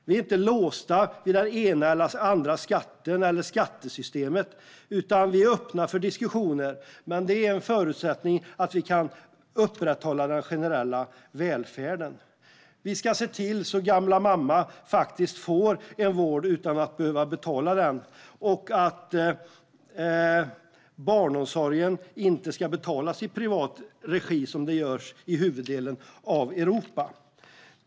Vi är inte låsta vid den ena eller andra skatten eller skattesystemet utan öppna för diskussioner. Men det är under förutsättning att vi kan upprätthålla den generella välfärden. Vi ska se till att gamla mamma får en vård utan att behöva betala den och att barnomsorgen inte ska betalas i privat regi, som det görs i huvuddelen av Europa.